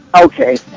Okay